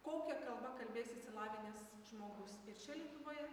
kokia kalba kalbės išsilavinęs žmogus ir čia lietuvoje